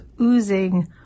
oozing